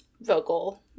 vocal